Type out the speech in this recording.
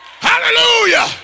Hallelujah